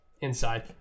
inside